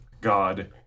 God